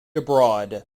abroad